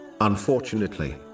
Unfortunately